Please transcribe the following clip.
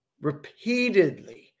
repeatedly